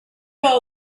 all